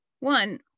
one